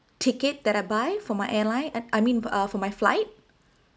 ticket that I buy for my airline I I mean uh for my flight